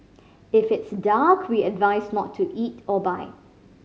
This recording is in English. if it's dark we advise not to eat or buy